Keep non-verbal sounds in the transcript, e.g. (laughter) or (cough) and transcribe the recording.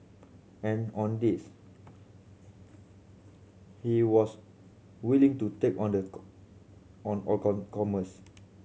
and on this he was willing to take on the (unintelligible) on all comers